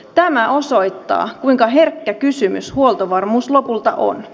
tämä osoittaa kuinka herkkä kysymys huoltovarmuus lopulta on